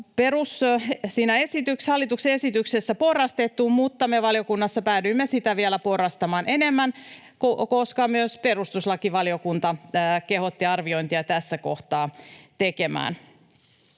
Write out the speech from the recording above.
siinä hallituksen esityksessä porrastettu, mutta me valiokunnassa päädyimme sitä vielä porrastamaan enemmän, koska myös perustuslakivaliokunta kehotti arviointia tässä kohtaa tekemään.